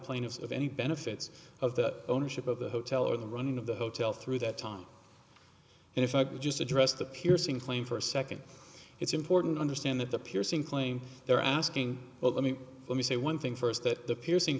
plaintiffs of any benefits of the ownership of the hotel or the running of the hotel through that time and if i could just address that piercing claim for a second it's important to understand that the piercing claim they're asking well let me let me say one thing first